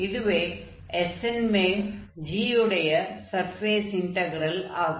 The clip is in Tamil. இதுவே S ன் மேல் g உடைய சர்ஃபேஸ் இன்டக்ரெல் ஆகும்